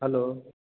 hello